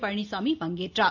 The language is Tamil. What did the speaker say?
பழனிசாமி பங்கேற்றார்